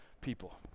people